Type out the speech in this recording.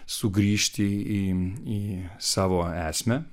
sugrįžti į į savo esmę